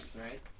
right